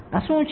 આ શું છે